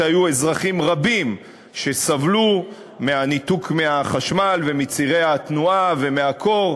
היו אזרחים רבים שסבלו מהניתוק מהחשמל ומצירי התנועה ומהקור,